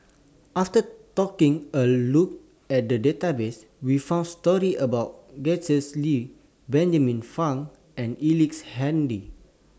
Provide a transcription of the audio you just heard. after taking A Look At The Database We found stories about Gretchen Liu Benjamin Frank and Ellice Handy